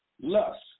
Lust